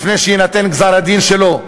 לפני שיינתן גזר-הדין שלו.